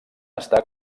estar